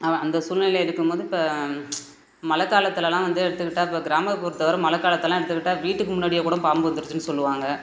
அவ அந்த சூழ்நிலை இருக்கும்போது இப்போ மழைகாலத்துலலாம் வந்து எடுத்துக்கிட்டால் இப்போ கிராமப்புறத்தை வர மழைக்காலத்தெல்லாம் எடுத்துக்கிட்டால் வீட்டுக்கு முன்னாடியே கூட பாம்பு வந்திருச்சுன்னு சொல்லுவாங்க